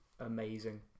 amazing